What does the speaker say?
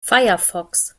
firefox